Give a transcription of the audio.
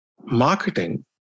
marketing